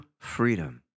freedom